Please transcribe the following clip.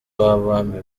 w’abami